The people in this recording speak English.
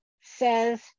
says